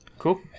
Cool